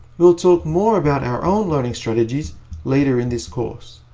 we'll talk more about our own learning strategies later in this course.